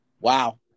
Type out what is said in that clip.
Wow